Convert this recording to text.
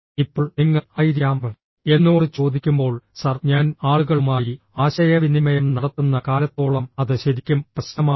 ഇപ്പോൾ നിങ്ങൾ ആയിരിക്കാം എന്നോട് ചോദിക്കുമ്പോൾ സർ ഞാൻ ആളുകളുമായി ആശയവിനിമയം നടത്തുന്ന കാലത്തോളം അത് ശരിക്കും പ്രശ്നമാണോ